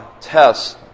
tests